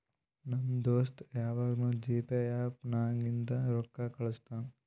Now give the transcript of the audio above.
ನಮ್ ದೋಸ್ತ ಯವಾಗ್ನೂ ಜಿಪೇ ಆ್ಯಪ್ ನಾಗಿಂದೆ ರೊಕ್ಕಾ ಕಳುಸ್ತಾನ್